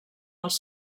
els